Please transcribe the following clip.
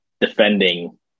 defending